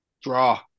draw